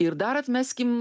ir dar atmeskim